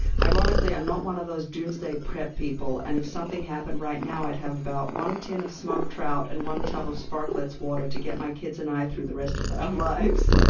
ironically, i'm not one of those doomsday-prep people, and if something happened right now, i'd have about one tin of smoked trout and one tub of sparkletts water to get my kids and i through the rest of our um lives.